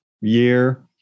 year